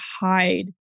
hide